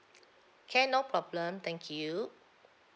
can no problem thank you